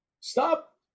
stop